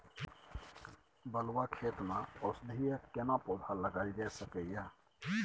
बलुआ खेत में औषधीय केना पौधा लगायल जा सकै ये?